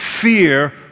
fear